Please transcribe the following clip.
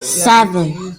seven